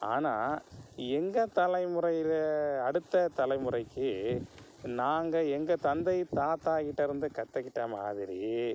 ஆனால் எங்கத்தலைமுறையில் அடுத்த தலைமுறைக்கு நாங்கள் எங்கள் தந்தை தாத்தா கிட்டேருந்து கற்றுக்கிட்ட மாதிரி